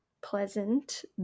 pleasant